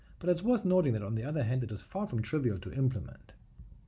but it's worth noting that on the other hand it is far from trivial to implement.